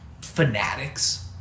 Fanatics